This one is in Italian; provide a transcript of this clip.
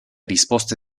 risposte